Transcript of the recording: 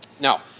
Now